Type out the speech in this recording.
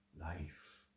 life